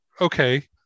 okay